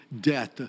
death